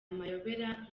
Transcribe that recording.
amayobera